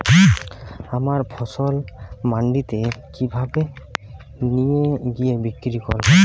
আমার ফসল মান্ডিতে কিভাবে নিয়ে গিয়ে বিক্রি করব?